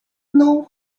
know